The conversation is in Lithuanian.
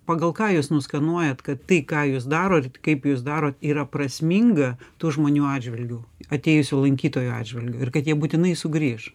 pagal ką jūs nuskenuojat kad tai ką jūs darot kaip jūs darot yra prasminga tų žmonių atžvilgiu atėjusio lankytojo atžvilgiu ir kad jie būtinai sugrįš